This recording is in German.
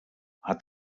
hat